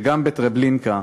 שגם לטרבלינקה,